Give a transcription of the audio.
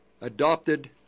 adopted